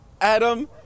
Adam